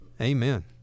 Amen